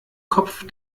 kopf